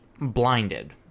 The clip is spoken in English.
blinded